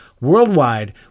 worldwide